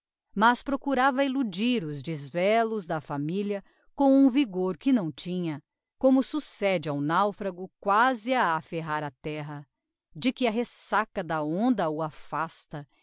mas procurava illudir os disvelos da familia com um vigor que não tinha como succede ao naufrago quasi a afferrar a terra de que a ressaca da onda o afasta